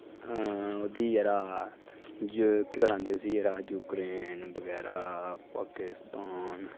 ओह्दी यरा केह् गलांदे उसी जेह्ड़ा यूक्रेन बगैरा पाकिस्तान